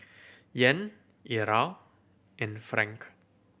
Yen Riyal and franc